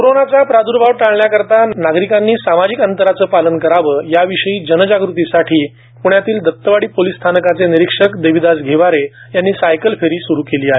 corona प्रादूर्भाव टाळण्याकरिता नागरिक सामाजिक अंतराचं पालन करावे या विषयी जनजागृतीसाठी प्ण्यातील दत्तवाडी पोलीस स्थानकाचे निरीक्षक देविदास घेवारे यांनी सायकल फेरी स्रू केली आहे